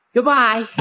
Goodbye